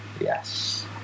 Yes